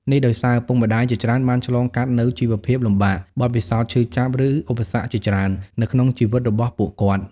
នេះដោយសារ ឪពុកម្ដាយជាច្រើនបានឆ្លងកាត់នូវ ជីវភាពលំបាក បទពិសោធន៍ឈឺចាប់ ឬឧបសគ្គជាច្រើន នៅក្នុងជីវិតរបស់ពួកគាត់។